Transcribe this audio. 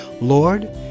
Lord